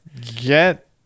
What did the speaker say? get